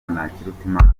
ntakirutimana